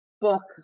book